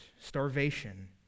starvation